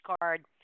card